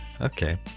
Okay